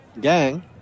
gang